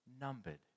numbered